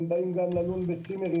הם באים גם ללון בצימרים,